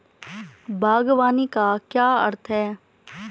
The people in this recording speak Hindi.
बागवानी का क्या अर्थ है?